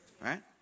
right